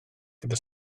gyda